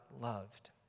loved